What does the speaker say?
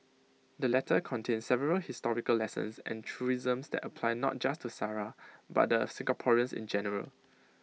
the letter contains several historical lessons and truisms that apply not just to Sara but Singaporeans in general